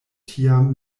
tiam